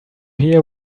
hear